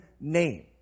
name